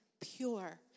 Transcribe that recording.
pure